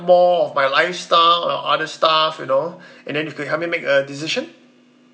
more of my lifestyle or other stuff you know and then you could help me make a decision